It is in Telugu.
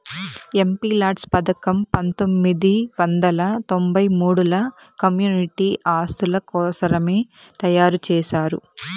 ఎంపీలాడ్స్ పథకం పంతొమ్మిది వందల తొంబై మూడుల కమ్యూనిటీ ఆస్తుల కోసరమే తయారు చేశారు